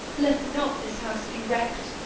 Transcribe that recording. let not this house be wrecked!